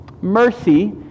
Mercy